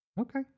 Okay